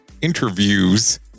interviews